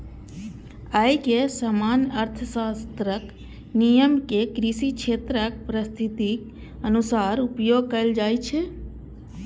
अय मे सामान्य अर्थशास्त्रक नियम कें कृषि क्षेत्रक परिस्थितिक अनुसार उपयोग कैल जाइ छै